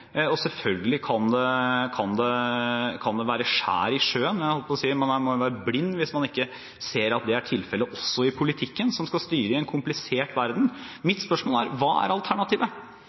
selvfølgelig kan det være skjær i sjøen. Jeg holdt på å si, man må jo være blind hvis man ikke ser at det er tilfellet også i politikken, som skal styre i en komplisert verden. Mitt spørsmål tilbake er: Hva er alternativet?